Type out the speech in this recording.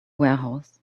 warehouse